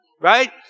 right